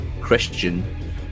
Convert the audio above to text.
Christian